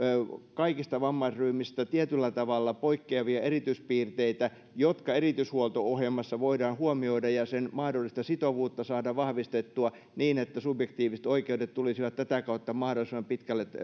kaikista vammaisryhmistä tietyllä tavalla poikkeavia erityispiirteitä jotka erityishuolto ohjelmassa voidaan huomioida ja sen mahdollista sitovuutta saada vahvistettua niin että subjektiiviset oikeudet tulisivat tätä kautta mahdollisimman pitkälle